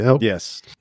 yes